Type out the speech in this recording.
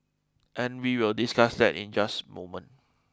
and we will discuss that in just moment